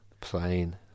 Plane